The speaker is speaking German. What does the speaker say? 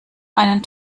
einen